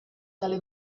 tale